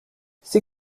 ces